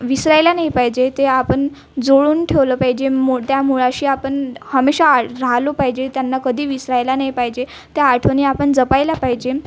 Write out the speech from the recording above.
विसरायला नाही पाहिजे ते आपण जुळवून ठेवलं पाहिजे मो त्या मुळाशी आपण हमेशा राहिलो पाहिजे त्यांना कधी विसरायला नाही पाहिजे त्या आठवणी आपण जपायला पाहिेजे